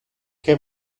que